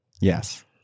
yes